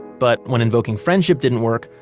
but when invoking friendship didn't work,